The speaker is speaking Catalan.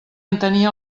entenia